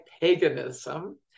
paganism